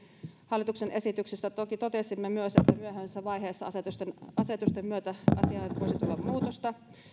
hallituksen esityksessä toki totesimme myös että myöhemmässä vaiheessa asetusten myötä asiaan voisi tulla muutosta